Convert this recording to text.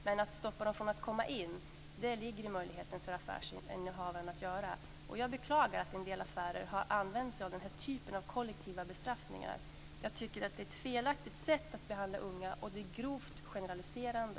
Men att stoppa dem från att komma in ligger inom affärsinnehavarens möjligheter att göra. Jag beklagar att en del affärer har använt sig av den här typen av kollektiva bestraffningar. Jag tycker att det är ett felaktigt sätt att behandla unga, och det är grovt generaliserande.